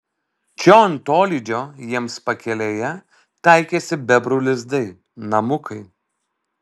čion tolydžio jiems pakelėje taikėsi bebrų lizdai namukai